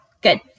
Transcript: Good